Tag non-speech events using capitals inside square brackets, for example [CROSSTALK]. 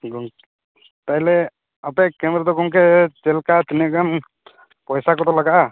[UNINTELLIGIBLE] ᱛᱟᱦᱚᱞᱮ ᱟᱯᱮᱭᱟᱜ ᱠᱮᱢᱯ ᱨᱮᱫᱚ ᱜᱚᱢᱠᱮ ᱪᱮᱫ ᱞᱮᱠᱟ ᱛᱤᱱᱟᱹᱜ ᱜᱟᱱ ᱯᱚᱭᱥᱟ ᱠᱚᱫᱚ ᱞᱟᱜᱟᱜᱼᱟ